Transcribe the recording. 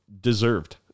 deserved